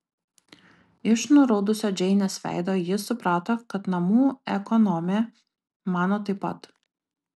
iš nuraudusio džeinės veido ji suprato kad namų ekonomė mano taip pat